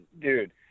dude